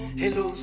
hello